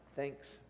Thanks